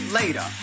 later